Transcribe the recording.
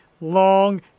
long